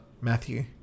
Matthew